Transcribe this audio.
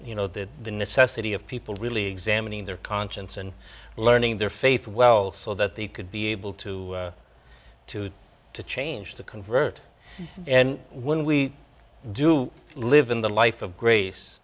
you know that the necessity of people really examining their conscience and learning their faith well so that they could be able to to to to change to convert and when we do live in the life of grace